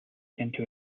into